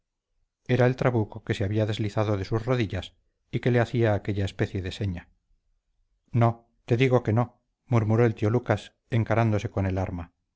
era el trabuco que se había deslizado de sus rodillas y que le hacía aquella especie de seña no te digo que no murmuró el tío lucas encarándose con el arma